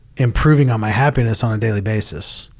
improving on my happiness on a daily basis.